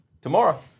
tomorrow